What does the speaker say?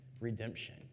redemption